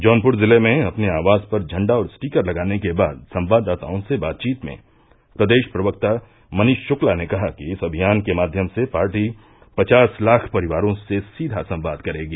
जौनपुर जिले में अपने आवास पर झंडा और स्टीकर लगाने के बाद संवाददाताओं से बातचीत में प्रदेश प्रवक्ता मनीष शुक्ला ने कहा कि इस अभियान के माध्यम से पार्टी पचास लाख परिवारों से सीध संवाद करेगी